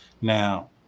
Now